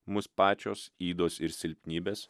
mūs pačios ydos ir silpnybės